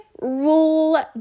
rule